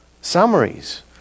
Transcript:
summaries